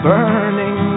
Burning